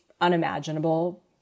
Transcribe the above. unimaginable